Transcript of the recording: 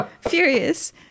Furious